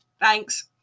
Thanks